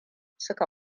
suka